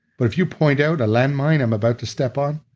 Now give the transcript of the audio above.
but if you point out a landmine i'm about to step on,